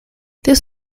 this